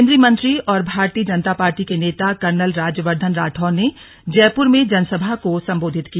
केन् द्वीय मंत्री और भारतीय जनता पार्टी के नेता कर्नल राज्यवर्धन राठौर ने जयपुर में जनसभा को सम्बोधित किया